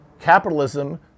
capitalism